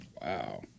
Wow